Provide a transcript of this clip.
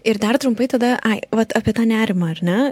ir dar trumpai tada ai vat apie tą nerimą ar ne